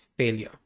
Failure